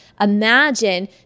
imagine